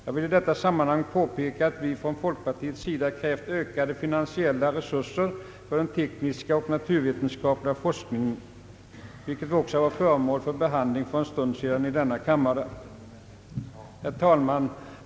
Jag vill i detta sammanhang påpeka att vi från folkpartiets sida kräver ökade finansiella resurser för den tekniska och naturvetenskapliga forskningen, en fråga som nyss behandlades här 1 kammaren. Herr talman!